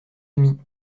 amis